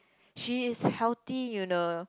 she is healthy you know